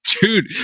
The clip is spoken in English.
Dude